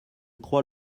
crois